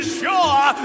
sure